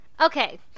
Okay